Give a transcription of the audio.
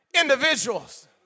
individuals